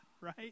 right